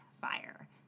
fire